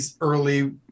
early